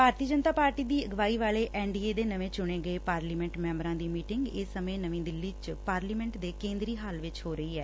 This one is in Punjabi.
ਭਾਰਤੀ ਜਨਤਾ ਪਾਰਟੀ ਦੀ ਅਗਵਾਈ ਵਾਲੇ ਐਨ ਡੀ ਏ ਦੇ ਨਵੇਂ ਚੁਣੇ ਗਏ ਪਾਰਲੀਮੈਂਟ ਮੈਂਬਰਾਂ ਦੀ ਮੀਟਿੰਗ ਇਸ ਸਮੇਂ ਨਵੀਂ ਦਿੱਲੀ ਚ ਪਾਰਲੀਮੈਂਟ ਦੇ ਕੇਂਦਰੀ ਹਾਲ ਵਿਚ ਹੋ ਰਹੀ ਐ